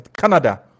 Canada